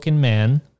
man